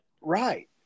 right